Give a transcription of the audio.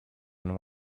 and